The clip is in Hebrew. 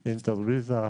שינויים.